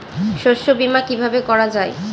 শস্য বীমা কিভাবে করা যায়?